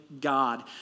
God